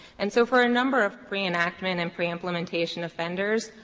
and so for a number of pre-enactment and pre-implementation offenders,